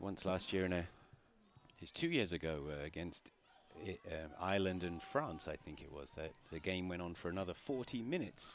once last year and his two years ago against ireland and france i think it was that the game went on for another forty minutes